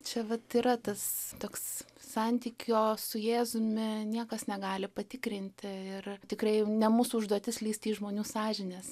čia vat yra tas toks santykio su jėzumi niekas negali patikrinti ir tikrai ne mūsų užduotis lįsti į žmonių sąžines